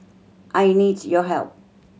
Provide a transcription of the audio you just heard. I need your help